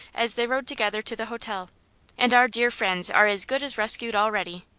as they rode together to the hotel and our dear friends are as good as rescued already.